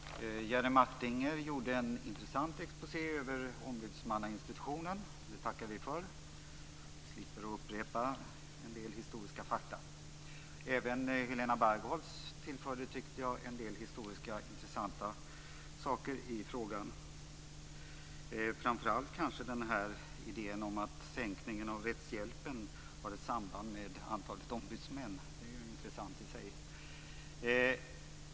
Fru talman! Jerry Martinger gjorde en intressant exposé över ombudsmannainstitutionen. Det tackar vi för. Vi slipper upprepa en del historiska fakta. Även Helena Bargholtz tyckte jag tillförde en del intressanta historiska saker i frågan, framför allt kanske idén om att försvagningen av rättshjälpen har ett samband med antalet ombudsmän. Det är intressant i sig.